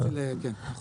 כן.